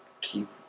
keep